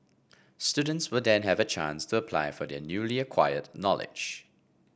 students will then have a chance to apply their newly acquired knowledge